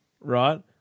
right